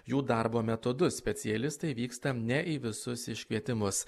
jų darbo metodus specialistai vyksta ne į visus iškvietimus